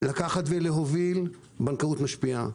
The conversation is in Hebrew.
להוביל בנקאות משפיעה,